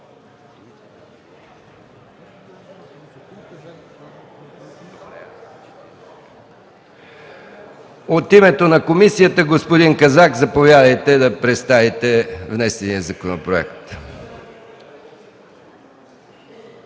От името на комисията – господин Казак, заповядайте да представите внесения законопроект.